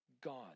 God